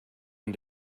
and